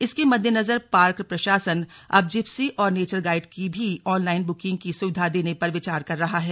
इसके मद्देनजर पार्क प्रशासन अब जिप्सी और नेचर गाइड को भी आँनलाइन बुकिंग की सुविधा देने पर विचार कर रहा है